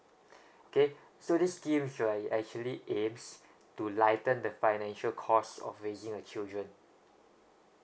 okay so this scheme right actually aims to lighten the financial cost of raising your children